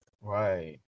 Right